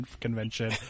Convention